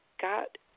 got